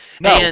No